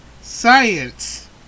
Science